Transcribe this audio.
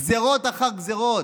גזרות אחר גזרות.